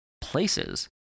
places